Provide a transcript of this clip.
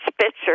Spitzer